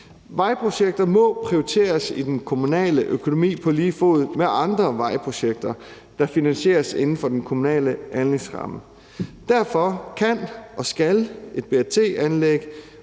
vejprojekter må i den kommunale økonomi prioriteres på lige fod med andre vejprojekter, der finansieres inden for den kommunale anlægsramme. Derfor anlægges BRT